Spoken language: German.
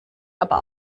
aber